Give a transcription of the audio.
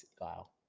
Wow